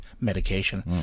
medication